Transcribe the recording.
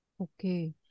Okay